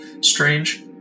strange